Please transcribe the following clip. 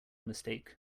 mistake